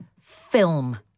film